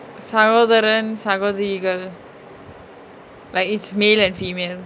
சகோதரன் சகோதரிகள்:sakotharan sakotharikal like it's male and female